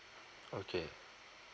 okay